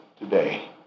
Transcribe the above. Today